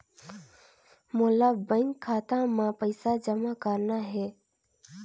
मोला बैंक खाता मां पइसा जमा करना हे?